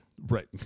Right